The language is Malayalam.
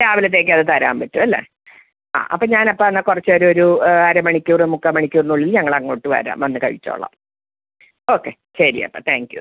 രാവിലത്തേക്കത് തരാൻ പറ്റും അല്ലേ അപ്പോള് ഞാനപ്പോള് എന്നാല് കുറച്ചേരൊരു അരമണിക്കൂര് മുക്കാല് മണിക്കൂറിനുള്ളിൽ ഞങ്ങളങ്ങോട്ട് വരാം വന്ന് കഴിച്ചോളാം ഓക്കേ ശരി അപ്പോള് താങ്ക് യു